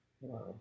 Wow